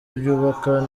byubaka